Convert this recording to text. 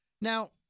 Now